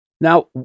Now